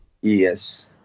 Yes